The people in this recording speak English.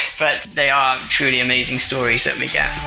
but they are truly amazing stories that we get